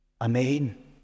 Amen